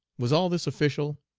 was all this official?